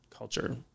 Culture